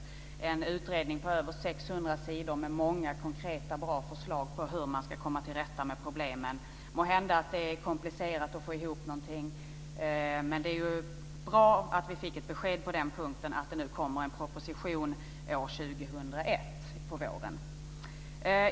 Det är en utredning på över 600 sidor med många konkreta och bra förslag på hur man ska komma till rätta med problemen. Måhända att det är komplicerat att få ihop någonting, men det är ju bra att vi fick ett besked på den punkten, att det kommer att läggas fram en proposition på våren år 2001.